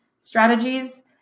strategies